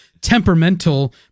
temperamental